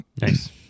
Nice